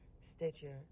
Stitcher